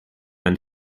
and